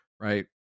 right